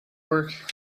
work